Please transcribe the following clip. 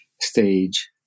stage